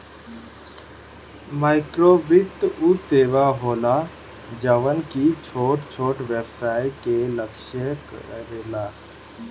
माइक्रोवित्त उ सेवा होला जवन की छोट छोट व्यवसाय के लक्ष्य करेला